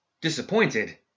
Disappointed